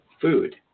food